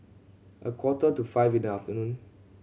a quarter to five in the afternoon